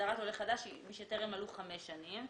הגדרת עולה חדש היא מי שטרם מלאו חמש שנים.